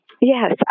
Yes